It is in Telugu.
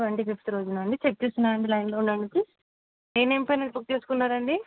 ట్వంటీ ఫిఫ్త్ రోజు అండి చెక్ చేస్తున్నాను అండి లైన్లో ఉండండి ఏ నేమ్ పైన బుక్ చేసుకున్నారు అండి